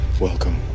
Welcome